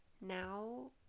now